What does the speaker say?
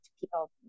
people